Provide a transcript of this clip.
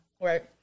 Right